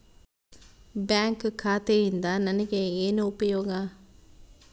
Bank ಖಾತೆಯಿಂದ ನನಗೆ ಏನು ಉಪಯೋಗ?